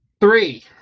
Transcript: Three